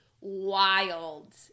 wild